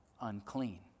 unclean